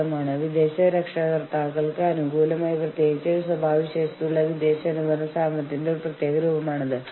അതിനാൽ നമ്മൾ രണ്ടുകൂട്ടർക്കും യൂണിയനും ഓർഗനൈസേഷനും മദ്ധ്യസ്ഥന്റെ മേൽ തുല്യമായ നിയന്ത്രണമോ തുല്യ അധികാരമോ ഉണ്ട്